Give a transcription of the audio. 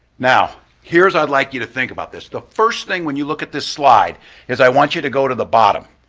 now, i'd like you to think about this. the first thing when you look at this slide is i want you to go to the bottom.